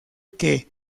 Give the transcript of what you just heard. que